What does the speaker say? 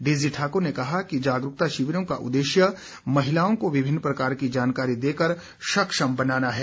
Daisy Thakur ने कहा कि जागरूकता शिविरों का उद्देश्य महिलाओं को विभिन्न प्रकार की जानकारी देकर सक्षम बनाना है